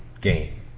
game